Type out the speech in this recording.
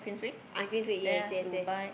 ah Queensway yes yes yes